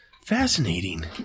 fascinating